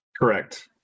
Correct